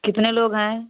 कितने लोग हैं